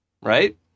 Right